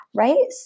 right